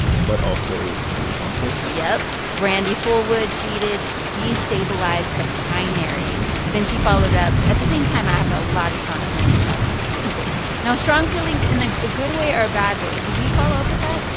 but also, team pumpkin. yup. brandy fulwood tweeted, de-stabilize the pie-nary then she followed up, at the same time, i have a lot of strong feelings about sweet potato pie now, strong feelings in a good way or a bad way? did we follow up with that?